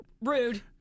rude